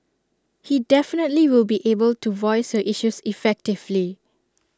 he definitely will be able to voice your issues effectively